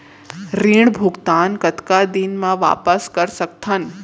ऋण भुगतान कतका दिन म वापस कर सकथन?